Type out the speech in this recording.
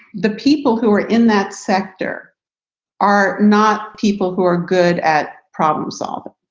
the people who were in that sector are not people who are good at problem solving.